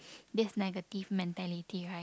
this negative mentality right